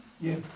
Yes